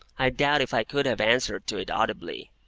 i doubt if i could have answered to it audibly.